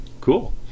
Cool